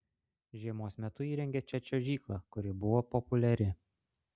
žiemos metu įrengė čia čiuožyklą kuri buvo populiari